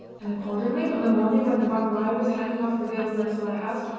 and accordingly on the morning when the ban righ was hanging off the girdle ness lighthouse,